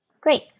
Great